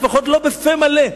לפחות לא בפה מלא.